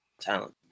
talent